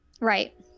Right